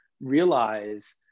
realize